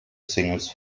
singles